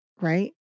right